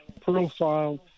profile